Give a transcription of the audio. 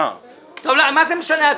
מה זה משנה?